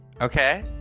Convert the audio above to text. okay